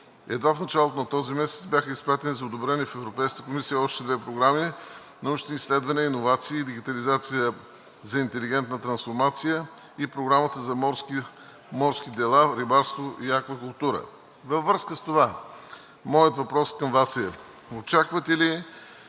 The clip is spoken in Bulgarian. Едва в началото на този месец бяха изпратени за одобрение в Европейската комисия още две програми: „Научни изследвания, иновации и дигитализация за интелигентна трансформация“ и Програмата за морски дела, рибарство и аквакултури. Във връзка с това моят въпрос към Вас е: очаквате ли